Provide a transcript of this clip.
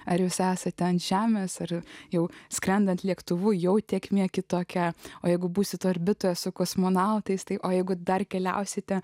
ar jūs esate ant žemės ar jau skrendant lėktuvu jo tėkmė kitokia o jeigu būsite orbitoje su kosmonautais tai o jeigu dar keliausite